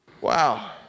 Wow